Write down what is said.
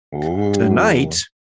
Tonight